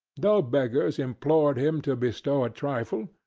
no beggars implored him to bestow a trifle,